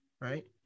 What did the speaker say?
right